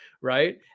right